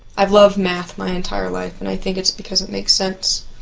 i've loved math my entire life and i think it's because it makes sense